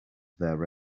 their